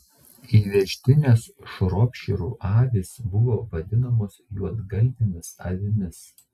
įvežtinės šropšyrų avys buvo vadinamos juodgalvėmis avimis